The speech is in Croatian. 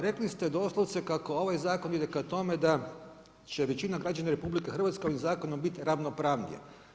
Rekli ste doslovce kako ovaj zakon ide ka tome da će većina građana RH ovim zakonom biti ravnopravnija.